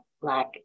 black